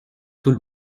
tout